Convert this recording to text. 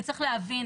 וצריך להבין,